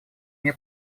мне